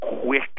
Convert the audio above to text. quick